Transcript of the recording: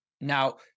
Now